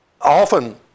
Often